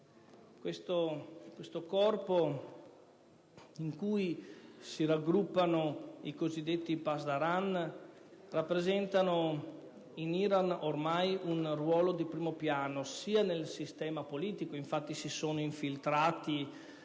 questo Corpo, in cui si raggruppano i cosiddetti pasdaran, riveste ormai un ruolo di primo piano sia nel sistema politico - infatti i suoi affiliati